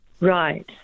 Right